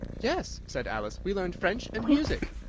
yes, said alice, we learned french and music.